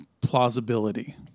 plausibility